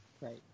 Right